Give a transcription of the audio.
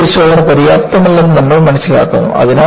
tension പരിശോധന പര്യാപ്തമല്ലെന്ന് നമ്മൾ മനസ്സിലാക്കുന്നു